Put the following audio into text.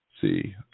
See